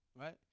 right